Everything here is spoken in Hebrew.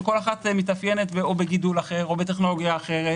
שכל אחת מתאפיינת או בגידול אחר או בטכנולוגיה אחרת